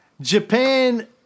Japan